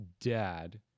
dad